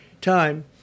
time